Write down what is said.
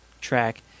track